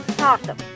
Awesome